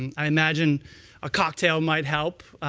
and i imagine a cocktail might help,